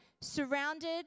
surrounded